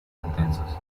intensos